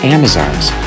Amazon's